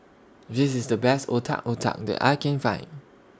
This IS The Best Otak Otak that I Can Find